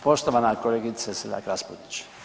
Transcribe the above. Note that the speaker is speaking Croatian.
Poštovana kolegice Selak RAspudić.